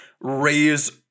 raise